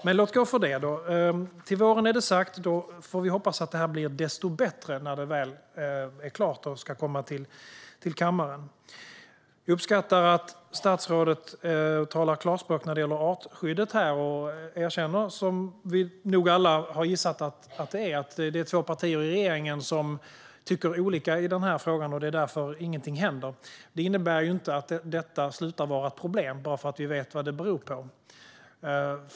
Men låt gå för det; till våren är det sagt, och då får vi hoppas att det blir desto bättre när det väl är klart och ska komma till kammaren. Jag uppskattar att statsrådet talar klarspråk när det gäller artskyddet och erkänner det som vi nog alla har gissat: Det är två partier i regeringen som tycker olika i frågan, och det är därför ingenting händer. Det innebär inte att detta slutar att vara ett problem bara för att vi vet vad det beror på.